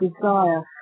desire